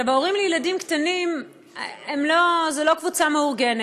הורים לילדים קטנים הם לא קבוצה מאורגנת.